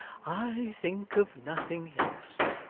i think of nothing else